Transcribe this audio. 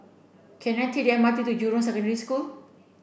can I take the M R T to Jurong Secondary School